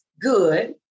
good